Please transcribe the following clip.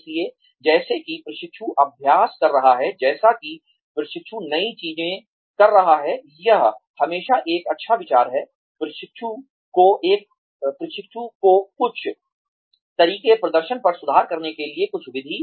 इसलिए जैसा कि प्रशिक्षु अभ्यास कर रहा है जैसा कि प्रशिक्षु नई चीजें कर रहा है यह हमेशा एक अच्छा विचार है प्रशिक्षु को कुछ तरीके प्रदर्शन पर सुधार करने के लिए कुछ विधि